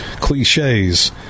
cliches